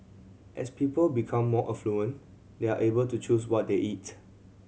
as people become more affluent they are able to choose what they eat